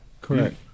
correct